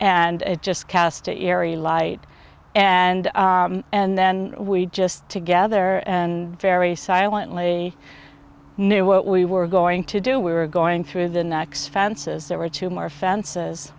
and it just cast a airy light and and then we just together and very silently knew what we were going to do we were going through the next fences there were two more fences